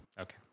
Okay